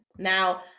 Now